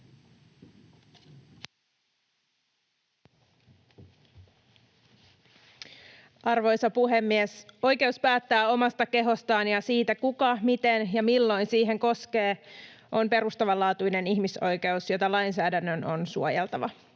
Arvoisa puhemies! Oikeus päättää omasta kehostaan ja siitä, kuka, miten ja milloin siihen koskee, on perustavanlaatuinen ihmisoikeus, jota lainsäädännön on suojeltava.